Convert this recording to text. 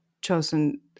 chosen